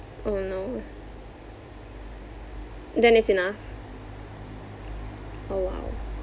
oh no then it's enough oh !wow!